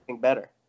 better